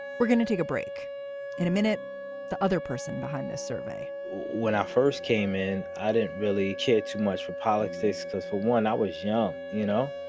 we're going to take a break in a minute the other person behind this survey, when i first came in, i didn't really care too much for pollak's. this this for one, i was young. you know,